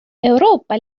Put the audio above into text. euroopa